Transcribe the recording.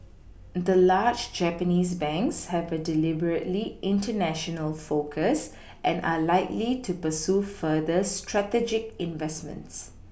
the large Japanese banks have a deliberately international focus and are likely to pursue further strategic investments